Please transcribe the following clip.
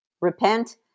repent